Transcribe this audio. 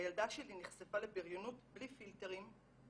הילדה שלי נחשפה לבריונות בלי פילטרים,